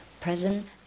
present